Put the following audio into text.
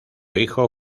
hijo